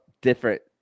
different